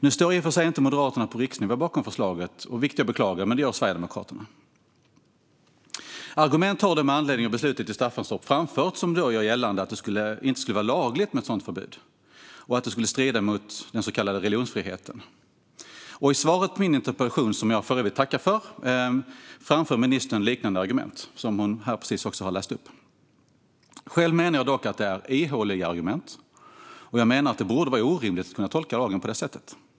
Nu står i och för sig inte Moderaterna på riksnivå bakom förslaget, vilket jag beklagar, men det gör Sverigedemokraterna. Med anledning av beslutet i Staffanstorp har argument framförts som gör gällande att ett sådant beslut inte skulle vara lagligt och att det skulle strida mot den så kallade religionsfriheten. I svaret på min interpellation, som jag för övrigt tackar för, framför ministern liknande argument. Själv menar jag dock att argumenten är ihåliga. Det borde vara orimligt att tolka lagen på detta sätt.